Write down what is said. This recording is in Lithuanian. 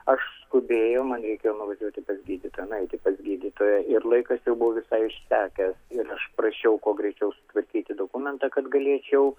aš skubėjau man reikėjo nuvažiuoti pas gydytoją nueiti pas gydytoją ir laikas jau buvo visai išsekęs ir aš prašiau kuo greičiau sutvarkyti dokumentą kad galėčiau